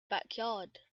backyard